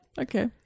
Okay